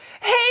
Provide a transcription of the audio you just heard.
Hey